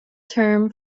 term